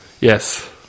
Yes